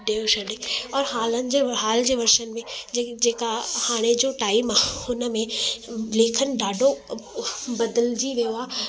ॾिए छॾे ऐं हालनि जे हाल जे वर्षन में जेकी जेका हाणे जो टाइम आहे हुन में लेखनि ॾाढो बदिलजी वियो आहे